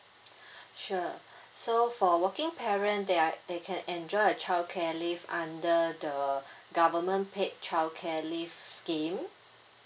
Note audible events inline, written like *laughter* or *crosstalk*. *noise* sure so for working parent they are they can enjoy the childcare leave under the government paid childcare leave scheme